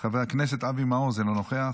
חבר הכנסת אבי מעוז, אינו נוכח,